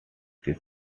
this